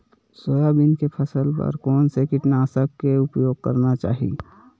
Soybean के फसल बर कोन से कीटनाशक के उपयोग करना चाहि?